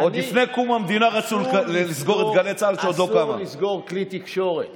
עוד לפני קום המדינה רצו לסגור את גלי צה"ל שעוד לא קמה.